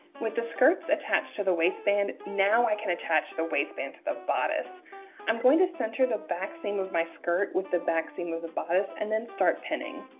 with the skirts attached to the waistband now i can attach the waistband to the bodice i'm going to center the back seam of my skirt with the back seam of the bodice and then start pinning